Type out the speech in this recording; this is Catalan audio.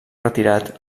retirat